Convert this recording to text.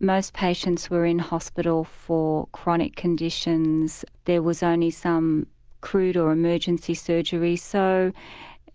most patients were in hospital for chronic conditions there was only some crude or emergency surgery, so